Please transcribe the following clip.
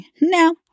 Now